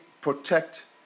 protect